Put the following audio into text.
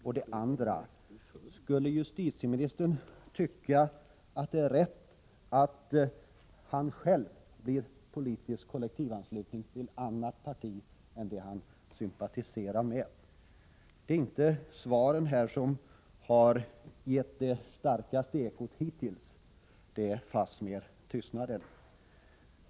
Och för det andra: Skulle justitieministern tycka att det är rätt att han blir politiskt kollektivansluten till annat parti än det han sympatiserar med? Det är inte svaren som gett det starkaste ekot hittills, det är fastmer tystnaden.